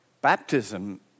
baptism